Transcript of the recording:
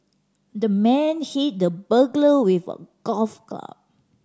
the man hit the burglar with a golf club